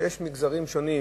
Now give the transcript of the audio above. ויש מגזרים שונים